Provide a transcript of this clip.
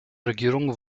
regierung